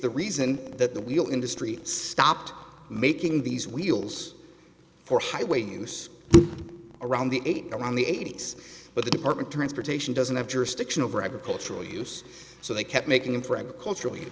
the reason that the wheel industry stopped making these wheels for highway use around the age around the eighty's but the department of transportation doesn't have jurisdiction over agricultural use so they kept making them for agricultural